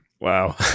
Wow